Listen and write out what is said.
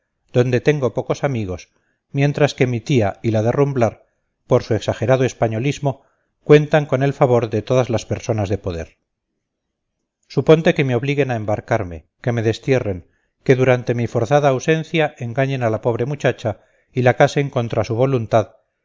donde tengo pocos amigos mientras que mi tía y la de rumblar por su exagerado españolismo cuentan con el favor de todas las personas de poder suponte que me obliguen a embarcarme que me destierren que durante mi forzada ausencia engañen a la pobre muchacha y la casen contra su voluntad